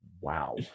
Wow